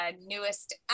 newest